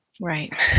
Right